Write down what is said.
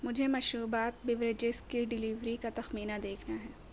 مجھے مشروبات بیوریجیز کے ڈیلیوری کا تخمینہ دیکھنا ہے